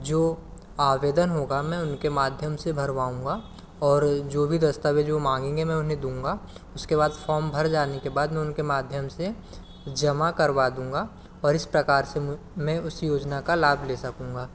जो आवेदन होगा मैं उनके माध्यम से भरवाऊँगा और जो भी दस्तावेज़ वो मांगेंगे मैं उन्हें दूँगा उसके बाद फॉर्म भर जाने के बाद मैं उनके माध्यम से जमा करवा दूँगा और इस प्रकार से मैं उस योजना का लाभ ले सकूँगा